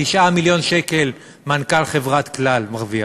9 מיליון שקל מנכ"ל חברת "כלל" מרוויח,